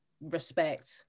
respect